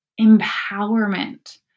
empowerment